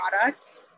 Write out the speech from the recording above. products